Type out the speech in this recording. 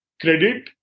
credit